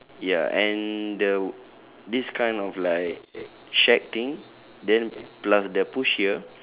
ya and the this kind of like shack thing then plus the push here